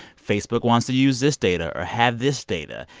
facebook wants to use this data or have this data.